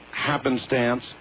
happenstance